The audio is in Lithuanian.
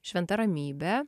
šventa ramybė